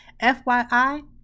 FYI